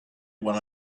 when